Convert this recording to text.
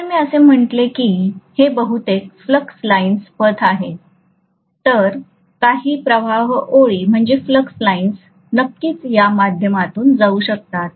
जर मी असे म्हटले की हे बहुतेक फ्लक्स लाईन्स पथ आहेत तर काही प्रवाह ओळी नक्कीच या माध्यमातून जाऊ शकतात